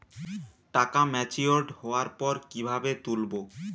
টাকা ম্যাচিওর্ড হওয়ার পর কিভাবে তুলব?